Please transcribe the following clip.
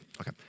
Okay